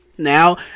Now